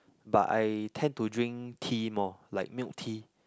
but I tend to drink tea more like milk tea